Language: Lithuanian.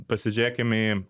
pasižiūrėkim į